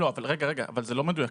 זה לא מדויק,